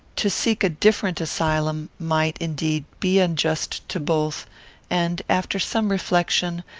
to seek a different asylum might, indeed, be unjust to both and, after some reflection,